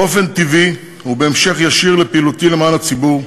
באופן טבעי, ובהמשך ישיר לפעילותי למען הציבור,